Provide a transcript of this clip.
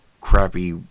crappy